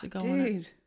dude